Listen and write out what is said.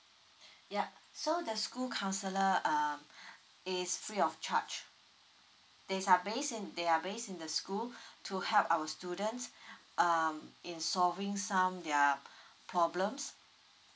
yup so the school counselor err is free of charge these are base in they are base in the school to help our students um in solving some their problems